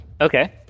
Okay